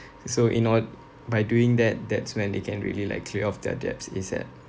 so in ord~ by doing that that's when they can really like clear off their debts ASAP